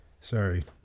Sorry